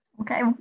okay